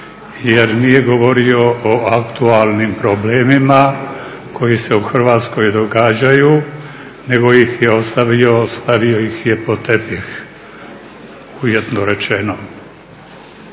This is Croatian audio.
jer nije govorio o aktualnim problemima koji se u Hrvatskoj događaju nego ih je stavio pod tepih, uvjetno rečeno.